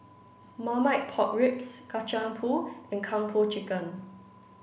Marmite Pork Ribs Kacang Pool and Kung Po Chicken